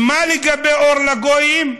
מה לגבי אור לגויים?